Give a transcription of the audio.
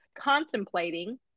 contemplating